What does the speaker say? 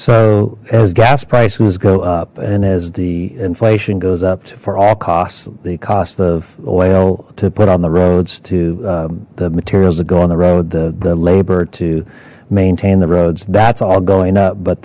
so as gas prices go up and as the inflation goes up for all costs the cost of oil to put on the roads to the materials that go on the road the the labor to maintain the roads that's all going up but